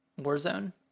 Warzone